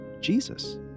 Jesus